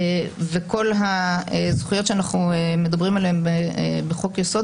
וכל הזכויות שאנחנו מדברים עליהם בחוק-היסוד